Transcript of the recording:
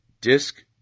Disk